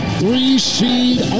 three-seed